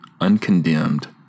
uncondemned